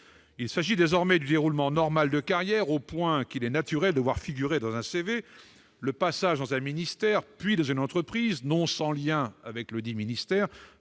Il s'agit désormais du déroulement normal de carrière, au point qu'il est naturel de voir figurer dans un curriculum vitae le passage dans un ministère, puis dans une entreprise- non sans lien avec ledit ministère